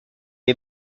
est